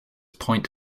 point